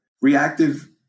reactive